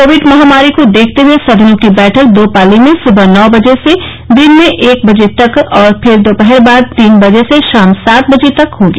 Covid महामारी को देखते हए सदनों की बैठक दो पाली में सुबह नौ बजे से दिन में एक बजे तक और फिर दोपहर बाद तीन बजे से शाम सात बजे तक होगी